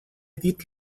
dit